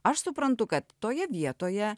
aš suprantu kad toje vietoje